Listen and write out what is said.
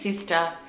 sister